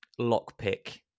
lockpick